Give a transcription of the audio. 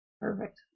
Perfect